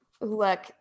look